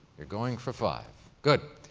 they're going for five. good.